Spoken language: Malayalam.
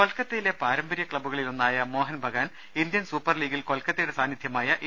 കൊൽക്കത്തയിലെ പാരമ്പര്യ ക്ലബ്ബുകളിൽ ഒന്നായ മോഹൻബഗാൻ ഇന്ത്യൻ സൂപ്പർ ലീഗിൽ കൊൽക്കത്തയുടെ സാന്നിധ്യമായ എ